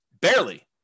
Barely